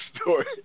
story